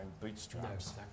bootstraps